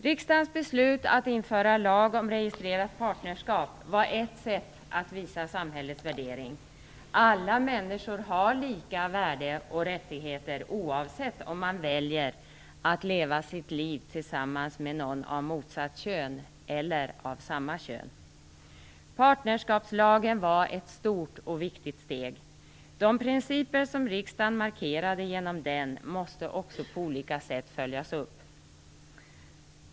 Riksdagens beslut att införa en lag om registrerat partnerskap var ett sätt att visa samhällets värdering: Alla människor har lika värde och rättigheter, oavsett om man väljer att leva sitt liv tillsammans med någon av motsatt kön eller om man väljer att leva med någon av samma kön. Partnerskapslagen var ett stort och viktigt steg. De principer som riksdagen markerade genom den måste också på olika sätt följas upp.